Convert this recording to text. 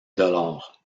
dollars